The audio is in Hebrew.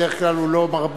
בדרך כלל הוא לא מרבה,